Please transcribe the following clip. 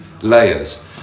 layers